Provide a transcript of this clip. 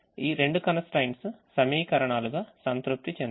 ఈ రెండు constraints సమీకరణాలుగా సంతృప్తి చెందుతాయి